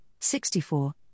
64